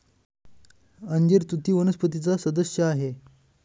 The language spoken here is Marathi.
अंजीर तुती वनस्पतीचा सदस्य आहे